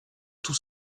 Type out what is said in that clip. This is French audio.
tous